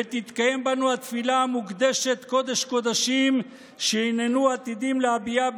ותתקיים בנו התפילה המוקדשת קודש קודשים שהיננו עתידים להביעה,